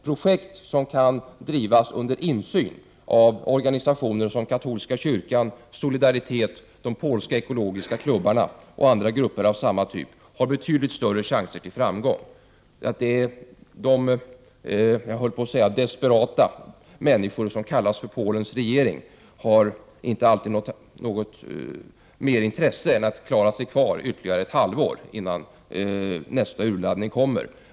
Projekt som kan drivas under insyn av katolska kyrkan och organisationer som Solidaritet och de polska ekologiska klubbarna och andra grupper av samma typ har betydligt större chanser till framgång. De, jag höll på att säga desperata, människor som kallas för Polens regering, har inte alltid något annat intresse än att klara sig kvar ytterligare ett halvår tills nästa urladdning kommer.